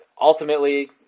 ultimately